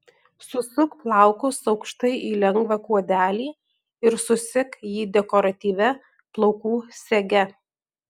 susuk plaukus aukštai į lengvą kuodelį ir susek jį dekoratyvia plaukų sege